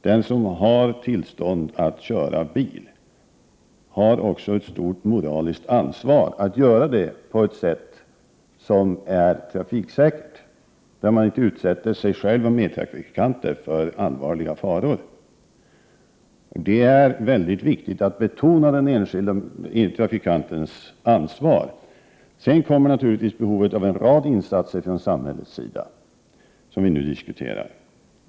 Den som har tillstånd att köra bil har också ett stort moraliskt ansvar att göra det på ett sätt som är trafiksäkert. Man skall inte utsätta sig själv och medtrafikanter för allvarliga faror. Det är mycket viktigt att betona den enskilde trafikantens ansvar. Sedan kommer naturligtvis behovet av en rad insatser från samhällets sida som vi nu diskuterar.